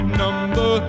number